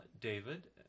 david